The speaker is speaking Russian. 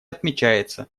отмечается